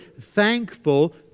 thankful